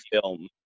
film